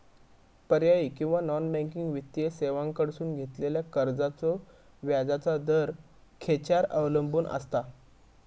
पर्यायी किंवा non banking वित्तीय सेवांकडसून घेतलेल्या कर्जाचो व्याजाचा दर खेच्यार अवलंबून आसता?